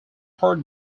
hard